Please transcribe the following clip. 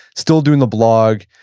still doing the blog,